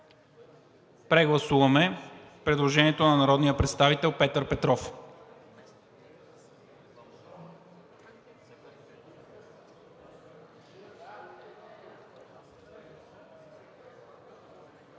Записваме предложение от народния представител Петър Петров